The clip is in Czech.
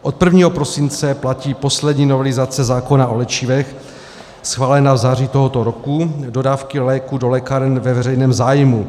Od 1. prosince platí poslední novelizace zákona o léčivech schválená v září tohoto roku dodávky léků do lékáren ve veřejném zájmu.